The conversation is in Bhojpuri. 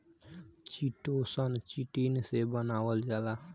चिटोसन, चिटिन से बनावल जाला